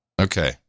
okay